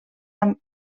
amb